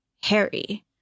Harry